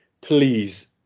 please